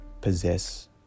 possess